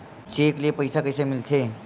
Cheque ले पईसा कइसे मिलथे?